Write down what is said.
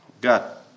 got